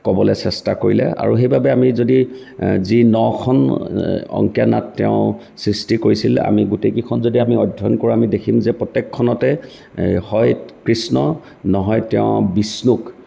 ক'বলৈ চেষ্টা কৰিলে আৰু সেইবাবে আমি যদি যি নখন অংকীয়া নাট তেওঁ সৃষ্টি কৰিছিল আমি গোটেইকেইখন যদি আমি অধ্যয়ন কৰোঁ আমি দেখিম যে প্ৰত্যেকখনতে হয় কৃষ্ণ নহয় তেওঁ বিষ্ণুক